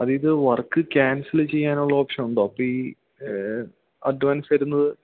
അത് ഇത് work cancel ചെയ്യാനുള്ള ഓപ്ഷൻ ഉണ്ടോ ഇപ്പം ഈ അഡ്വാൻസ് തരുന്നത്